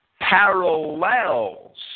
parallels